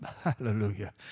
hallelujah